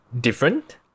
different